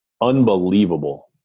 Unbelievable